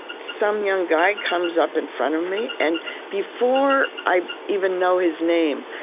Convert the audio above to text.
some young guy comes up in front of me, and before i even know his name,